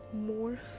more